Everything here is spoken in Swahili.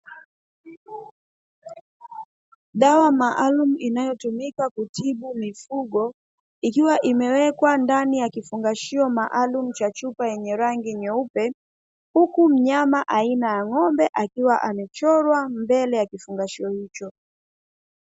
Dawa maalumu inayotumika kutibu mifugo, ikiwa imewekwa ndani ya kifungashio maalumu cha chupa yenye rangi nyeupe huku mnyama aina ya ng'ombe akiwa amechorwa mbele ya kifungashio hicho.